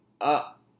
up